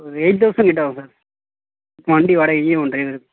eight தௌசண்ட்கிட்டே ஆகும் sir வண்டி வாடகையும் டிரைவருக்கும்